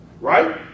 Right